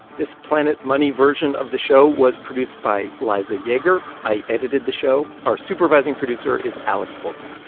this planet money version of the show was produced by liza yeager. i edited the show. our supervising producer is alex goldmark.